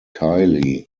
kylie